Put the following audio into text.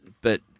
But-